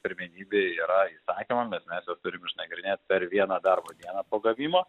pirmenybė yra įsakymam mes mes juos turim išnagrinėt per vieną darbo dieną po gavimo